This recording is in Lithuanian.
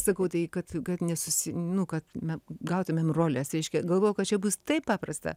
sakau tai kad kad nesusi nu kad me gautumėm roles reiškia galvojau kad čia bus taip paprasta